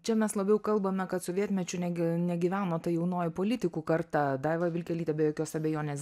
čia mes labiau kalbame kad sovietmečiu negi negyveno ta jaunoji politikų karta daiva vilkelytė be jokios abejonės